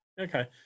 Okay